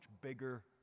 bigger